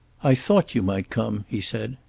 i thought you might come, he said.